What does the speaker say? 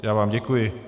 Já vám děkuji.